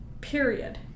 period